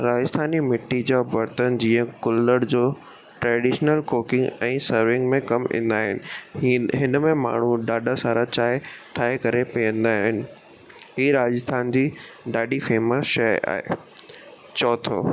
राजस्थानी मिट्टी जा बर्तन जीअं कुल्हड़ जो ट्रैडिशनल कोकी ऐं सर्विंग में कमु ईंदा आहिनि ही हिन में माण्हू ॾाढा सारा चांहि ठाहे करे पीअंदा आहिनि ही राजस्थान जी ॾाढी फ़ेम्स शइ आहे चोथों